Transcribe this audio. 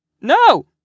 no